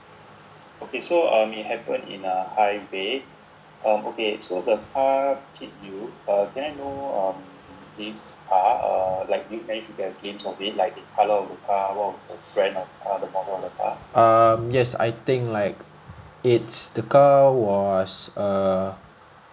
um yes I think like it's the car was err